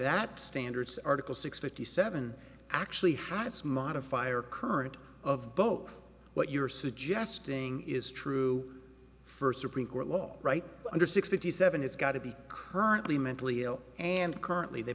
that standards article six fifty seven actually has modifier current of both what you're suggesting is true first supreme court long right under sixty seven it's got to be currently mentally ill and currently they